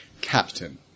Captain